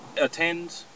attend